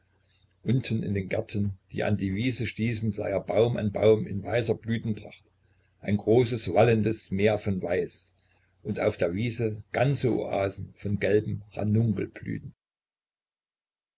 unten in den gärten die an die wiese stießen sah er baum an baum in weißer blütenpracht ein großes wallendes meer von weiß und auf der wiese ganze oasen von gelben